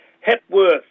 Hepworth